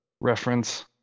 reference